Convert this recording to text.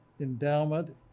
endowment